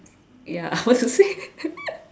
ya I want to say